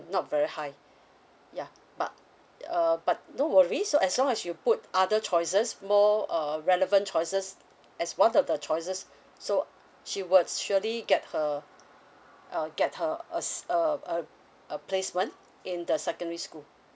not very high ya but uh but no worries so as long as you put other choices more uh relevant choices as one of the choices so she will surely get her uh get her uh uh a placement in the secondary school